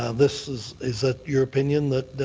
ah this is is that your opinion, that